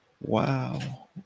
wow